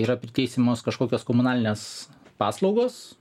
yra priteisiamos kažkokios komunalinės paslaugos